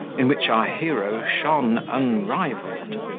in which our hero shone unrivalled.